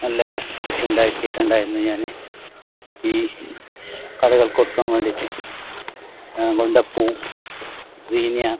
നല്ല കൃഷി ഉണ്ടാക്കിട്ടുണ്ടായിരുന്നു ഞാൻ ഈ കടകൾക്ക് കൊടുക്കാൻ വേണ്ടിയിട്ട് ഞാൻ കൊണ്ടപ്പൂ സീനിയ